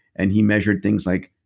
and he measured things like,